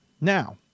Now